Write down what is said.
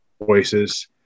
voices